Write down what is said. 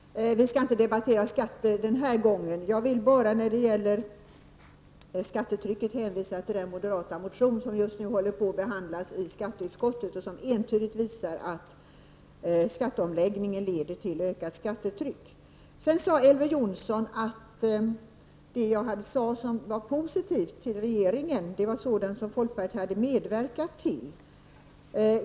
Herr talman! Vi skall inte debattera skatter den här gången. Jag vill bara när det gäller skattetrycket hänvisa till den moderata motion som för närvarande är föremål för behandling i skatteutskottet och som entydigt visar att skatteomläggningen kommer att leda till ett ökat skattetryck. Sedan sade Elver Jonsson att det jag talade om och som var positivt när det gäller regeringen var sådant som folkpartiet hade medverkat till.